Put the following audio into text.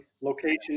location